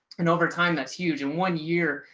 and over time, that's huge in one year,